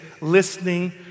listening